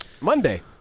Monday